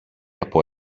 από